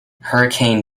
hurricane